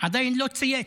עדיין לא צייץ,